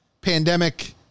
pandemic